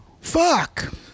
Fuck